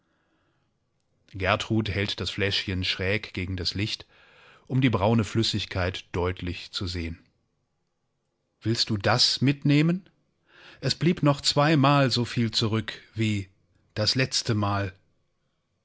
gertrud hält das fläschchen schräg gegen das licht um die braune flüssigkeit deutlich zu sehen willst du das mitnehmen es blieb noch zweimal soviel zurück wie das letztemal